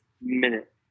Minute